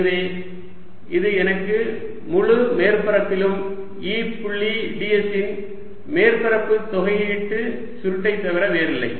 எனவே இது எனக்கு முழு மேற்பரப்பிலும் E புள்ளி ds இன் மேற்பரப்பு தொகையீடு சுருட்டை தவிர வேறு இல்லை